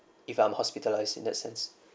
if I'm hospitalise in that sense